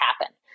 happen